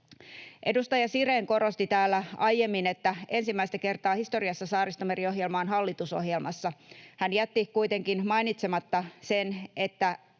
Edustaja Sirén korosti täällä aiemmin, että ensimmäistä kertaa historiassa Saaristomeri-ohjelma on hallitusohjelmassa. Hän jätti kuitenkin mainitsematta sen, että